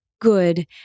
good